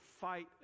fight